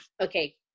okay